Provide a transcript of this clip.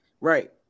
right